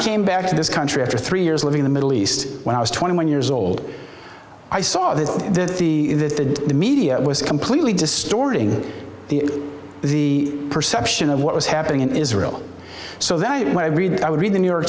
came back to this country after three years living the middle east when i was twenty one years old i saw that this did the media was completely distorting the the perception of what was happening in israel so that when i read it i would read the new york